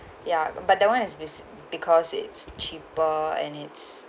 ya but but that one is be~ because it's cheaper and it's